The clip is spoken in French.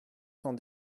cent